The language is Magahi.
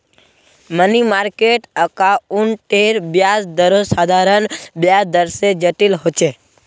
मनी मार्किट अकाउंटेर ब्याज दरो साधारण ब्याज दर से जटिल होचे